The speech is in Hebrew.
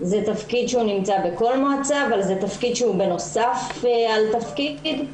זה תפקיד שנמצא בכל מועצה אבל זה תפקיד שהוא בנוסף על תפקיד.